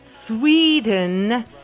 Sweden